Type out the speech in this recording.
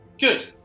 Good